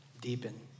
deepen